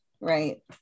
right